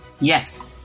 Yes